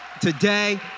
today